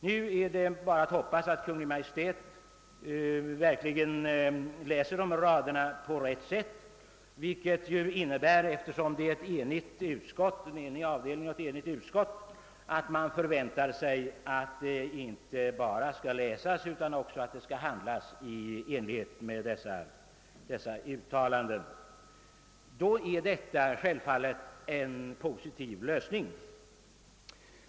Nu är det bara att hoppas att Kungl. Maj:t verkligen läser de här raderna på rätt sätt, vilket, eftersom det är en enig avdelning och ett enigt utskott innebär, att man förväntar sig att de inte bara skall läsas utan att det också skall handlas i enlighet med dessa uttalanden. Då blir detta självfallet en positiv lösning.